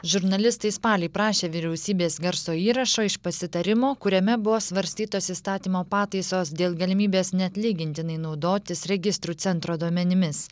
žurnalistai spalį prašė vyriausybės garso įrašo iš pasitarimo kuriame buvo svarstytos įstatymo pataisos dėl galimybės neatlygintinai naudotis registrų centro duomenimis